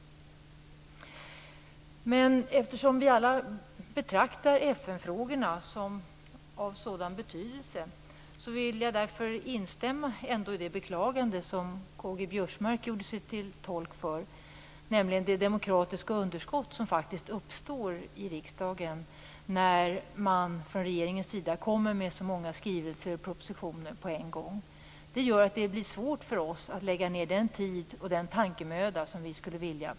Men eftersom vi alla betraktar FN-frågorna som frågor av sådan betydelse vill jag instämma i det beklagande som Karl-Göran Biörsmark gjorde sig till tolk för. Det gäller det demokratiska underskott som faktiskt uppstår i riksdagen när man från regeringens sida kommer med så många skrivelser och propositioner på en gång. Det gör att det blir svårt för oss att lägga ned den tid och tankemöda på det här området som vi skulle vilja.